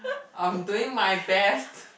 I'm doing my best